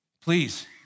Please